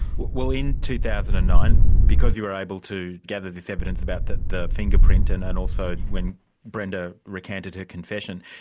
well, in two thousand and nine, because you were able to gather this evidence about the the fingerprint and and also when brenda recanted her confession,